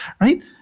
right